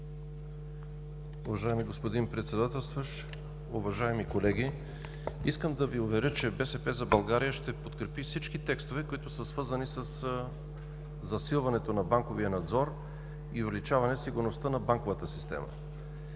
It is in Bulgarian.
Уважаеми господин Председателстващ, уважаеми колеги! Искам да Ви уверя, че „БСП за България“ ще подкрепи всички текстове, които са свързани със засилването на банковия надзор и увеличаване сигурността на банковата система.